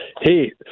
Hey